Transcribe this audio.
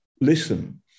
listen